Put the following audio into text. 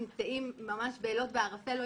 ואני